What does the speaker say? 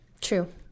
true